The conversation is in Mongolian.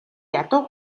ядуу